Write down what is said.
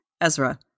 Ezra